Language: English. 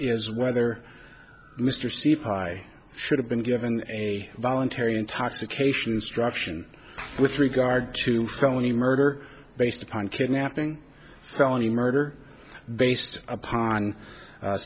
is whether mr c pi should have been given a voluntary intoxication instruction with regard to felony murder based upon kidnapping felony murder based upon